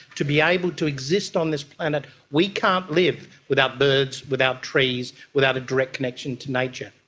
to be able to exist on this planet we can't live without birds, without trees, without a direct connection to nature.